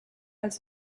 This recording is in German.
als